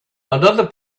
another